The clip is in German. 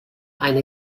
eine